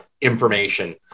information